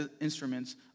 instruments